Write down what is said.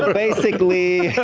basically.